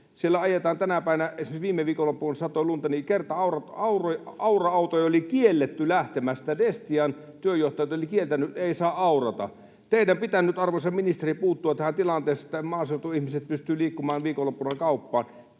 tieverkon kunto: Esimerkiksi kun viime viikonloppuna satoi lunta, niin aura-autoja oli kielletty lähtemästä. Destian työnjohtajat olivat kieltäneet: ei saa aurata. Teidän pitää nyt, arvoisa ministeri, puuttua tähän tilanteeseen, niin että maaseudun ihmiset pystyvät liikkumaan viikonloppuna kauppaan.